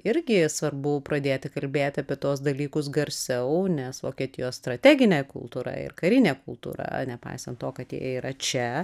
irgi svarbu pradėti kalbėti apie tuos dalykus garsiau nes vokietijos strateginė kultūra ir karinė kultūra nepaisant to kad jie yra čia